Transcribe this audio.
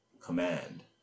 command